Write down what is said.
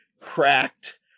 cracked